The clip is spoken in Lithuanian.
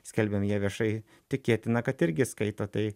skelbiam ją viešai tikėtina kad irgi skaito tai